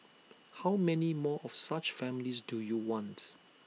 how many more of such families do you want